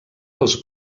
els